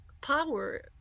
power